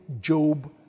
Job